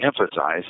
emphasize